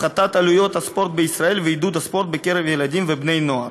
הפחתת עלויות הספורט בישראל ועידוד הספורט בקרב ילדים ובני-נוער.